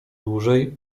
dłużej